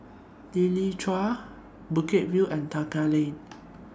Lichi Avenue Bukit View and Tekka Lane